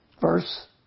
Verse